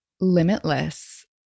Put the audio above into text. limitless